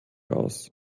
aus